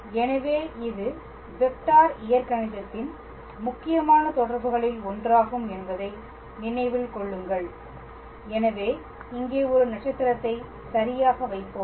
எனவே இது வெக்டார் இயற்கணிதத்தின் முக்கியமான தொடர்புகளில் ஒன்றாகும் என்பதை நினைவில் கொள்ளுங்கள் எனவே இங்கே ஒரு நட்சத்திரத்தை சரியாக வைப்போம்